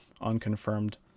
unconfirmed